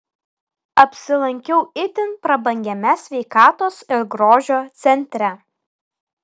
apsilankiau itin prabangiame sveikatos ir grožio centre